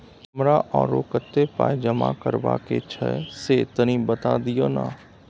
हमरा आरो कत्ते पाई जमा करबा के छै से तनी बता दिय न?